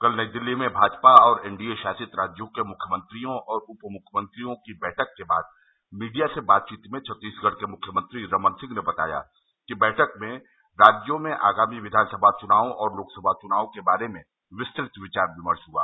कल नई दिल्ली में भाजपा और एनडीए शासित राज्यों के मुख्यमंत्रियों और उप मुख्यमंत्रियों की बैठक के बाद मीडिया से बातचीत में छत्तीसगढ़ के मुख्यमंत्री रमन सिंह ने बताया कि बैठक में राज्यों में आगामी विधानसभा चुनावों और लोकसभा चुनावों के बारे में विस्तुत विचार विमर्श हआ